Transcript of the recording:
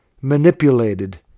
manipulated